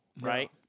right